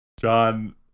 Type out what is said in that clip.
John